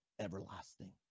everlasting